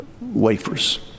wafers